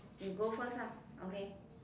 you go first ah okay